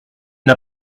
n’a